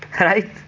right